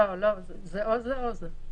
לא, זה או זה או זה.